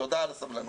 תודה על הסבלנות.